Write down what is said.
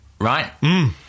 right